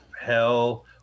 hell